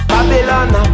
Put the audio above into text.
Babylon